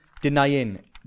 denying